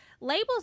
Labels